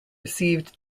received